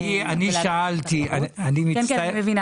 אולי החוק ניפסל